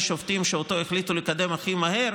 שופטים שאותו החליטו לקדם הכי מהר,